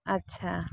ᱟᱪᱪᱷᱟ